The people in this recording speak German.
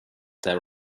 der